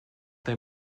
they